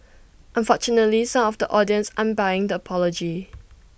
unfortunately some of the audience aren't buying the apology